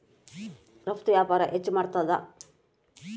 ರಫ್ತು ವ್ಯಾಪಾರ ಹೆಚ್ಚು ಮಾಡ್ತಾದ